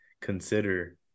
consider